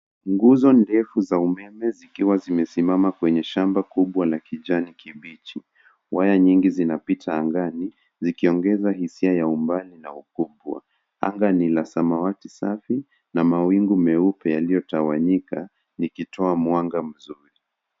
Nguzo ndefu za umeme zikiwa zimesimama kwenye shamba kubwa la kijani kibichi. Waya nyingi zinapita angani, zikiongeza hisia ya umbali na ukubwa. Anga ni la samawati safi, na mawingu meupe yaliyotawanyika, likitoa mwanga mzuri.